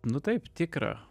nu taip tikra